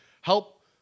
help